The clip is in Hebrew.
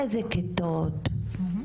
באילו כיתות?